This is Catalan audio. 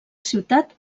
ciutat